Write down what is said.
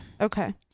okay